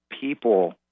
people